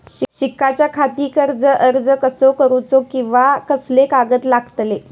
शिकाच्याखाती कर्ज अर्ज कसो करुचो कीवा कसले कागद लागतले?